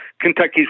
Kentucky's